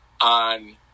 on